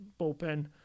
bullpen